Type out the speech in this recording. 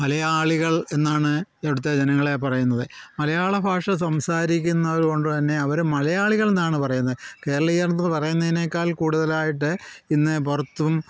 മലയാളികൾ എന്നാണ് ഇവിടുത്തെ ജനങ്ങളെ പറയുന്നത് മലയാള ഭാഷ സംസാരിക്കുന്നത് കൊണ്ട് തന്നെ അവരെ മലയാളികൾ എന്നാണ് പറയുന്നത് കേരളീയർ എന്ന് പറയുന്നതിനേക്കാൾ കൂടുതലായിട്ട് ഇന്ന് പുറത്തും